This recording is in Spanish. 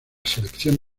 selección